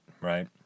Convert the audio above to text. right